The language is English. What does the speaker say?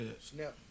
snap